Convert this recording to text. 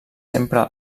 sempre